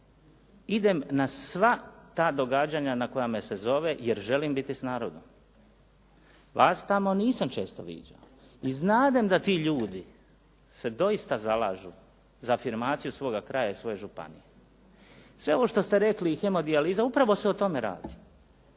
idem na sva ta događanja na koja me se zove jer želim biti s narodom. Vas tamo nisam često viđao. I znadem da ti ljudi se doista zalažu za afirmaciju svoga kraja i svoje županije. Sve ovo što ste rekli i hemodijaliza, upravo se o tome radi.